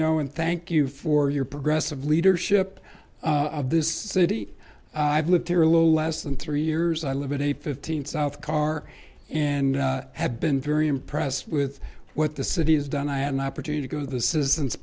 know and thank you for your progressive leadership of this city i've lived here a little less than three years i live at eight hundred and fifteen south car and had been very impressed with what the city has done i had an opportunity to go to the citizens